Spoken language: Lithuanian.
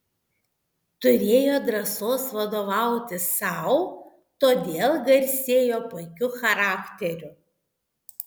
turėjo drąsos vadovauti sau todėl garsėjo puikiu charakteriu